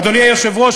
אדוני היושב-ראש,